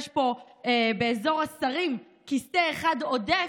יש פה באזור השרים כיסא אחד עודף,